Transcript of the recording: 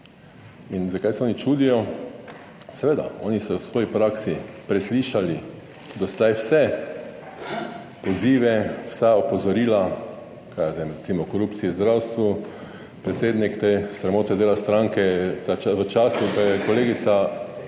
in zakaj se oni čudijo. Seveda, oni so v svoji praksi preslišali do zdaj vse pozive, vsa opozorila, kaj jaz vem, recimo o korupciji v zdravstvu. Predsednik te sramote dela stranke v času, ko je kolegica